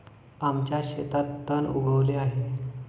आमच्या शेतात तण उगवले आहे